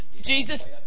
Jesus